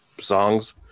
songs